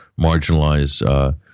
marginalize